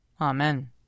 Amen